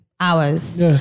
Hours